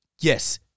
Yes